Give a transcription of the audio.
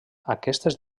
aquestes